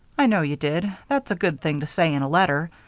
i know you did. that's a good thing to say in a letter.